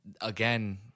again